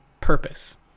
purpose